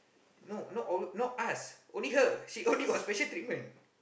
no not us only her she only got special treatment